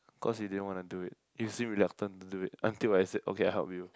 because you didn't want to do it you seemed reluctant to do it until I say okay I help you